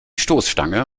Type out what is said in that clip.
stoßstange